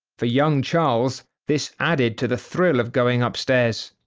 for young charles this added to the thrill of going upstairs.